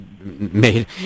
made